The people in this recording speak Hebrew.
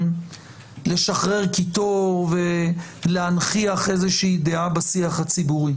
לשחרר קיטור ולהנכיח דעה בשיח הציבורי,